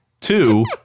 Two